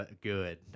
good